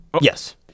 Yes